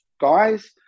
guys